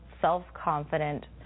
self-confident